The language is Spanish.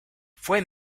fue